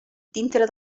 dintre